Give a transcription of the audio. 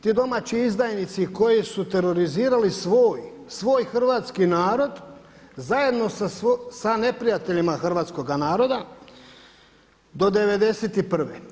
Ti domaći izdajnici koji su terorizirali svoj hrvatski narod zajedno sa neprijateljima hrvatskoga naroda do '91.